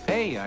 Hey